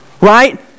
right